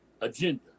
agenda